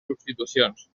substitucions